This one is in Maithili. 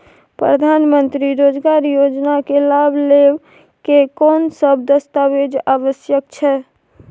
प्रधानमंत्री मंत्री रोजगार योजना के लाभ लेव के कोन सब दस्तावेज आवश्यक छै?